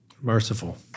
Merciful